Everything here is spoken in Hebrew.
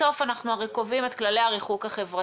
בסוף אנחנו הרי קובעים את כללי הריחוק החברתי.